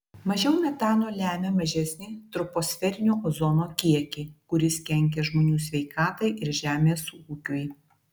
mažiau metano lemia mažesnį troposferinio ozono kiekį kuris kenkia žmonių sveikatai ir žemės ūkiui